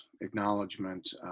acknowledgement